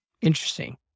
interesting